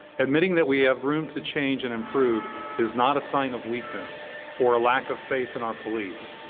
admitting that we have room to change and improve is not a sign of weakness or a lack of faith in our police.